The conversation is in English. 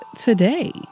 today